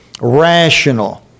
rational